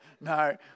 No